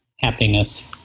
Happiness